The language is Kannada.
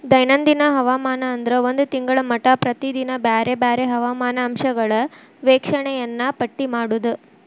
ದೈನಂದಿನ ಹವಾಮಾನ ಅಂದ್ರ ಒಂದ ತಿಂಗಳ ಮಟಾ ಪ್ರತಿದಿನಾ ಬ್ಯಾರೆ ಬ್ಯಾರೆ ಹವಾಮಾನ ಅಂಶಗಳ ವೇಕ್ಷಣೆಯನ್ನಾ ಪಟ್ಟಿ ಮಾಡುದ